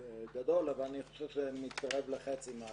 גדול, אבל אני חושב שזה מתקרב לחצי מההברחות.